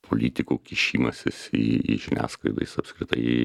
politikų kišimasis į į žiniasklaidą jis apskritai